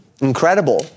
incredible